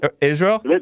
Israel